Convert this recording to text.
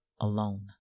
alone